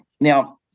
Now